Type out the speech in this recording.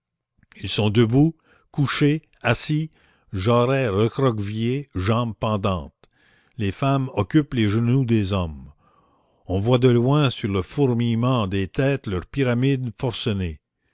ils sont debout couchés assis jarrets recroquevillés jambes pendantes les femmes occupent les genoux des hommes on voit de loin sur le fourmillement des têtes leur pyramide forcenée